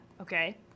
okay